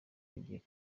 agiye